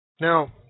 Now